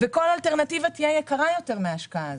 וכל אלטרנטיבה תהיה יקרה יותר מההשקעה הזאת.